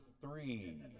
three